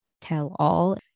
tell-all